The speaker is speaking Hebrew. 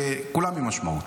וכולן עם משמעות.